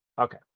Okay